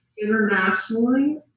internationally